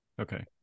okay